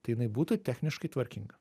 tai jinai būtų techniškai tvarkinga